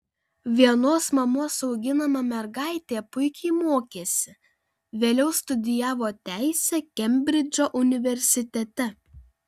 vienos mamos auginama mergaitė puikiai mokėsi vėliau studijavo teisę kembridžo universitete